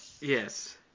Yes